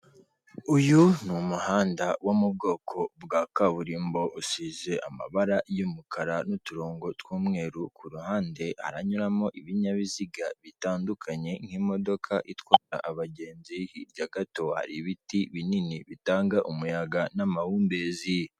Uyu ni umuhanda wo mu bwoko bwa kaburimbo usize amabara y'umukara n'uturongo tw'umweru, ku ruhande haranyuramo ibinyabiziga bitandukanye nk'imodoka itwara abagenzi, hirya gato hari ibiti binini bitanga umuyaga n'amahumbezi.